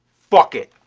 fuck it.